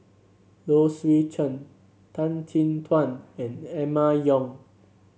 Low Swee Chen Tan Chin Tuan and Emma Yong